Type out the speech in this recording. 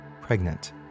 Pregnant